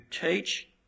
teach